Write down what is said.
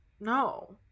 No